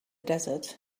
desert